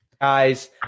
Guys